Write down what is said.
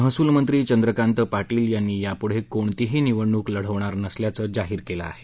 महसूल मंत्री चंद्रकांत पाटील यांनी यापुढं कोणतीही निवडणूक लढवणार नसल्याचं जाहीर केलं आहे